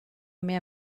mehr